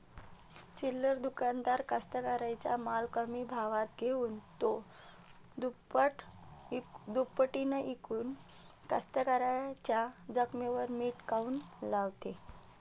चिल्लर दुकानदार कास्तकाराइच्या माल कमी भावात घेऊन थो दुपटीनं इकून कास्तकाराइच्या जखमेवर मीठ काऊन लावते?